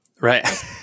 Right